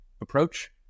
approach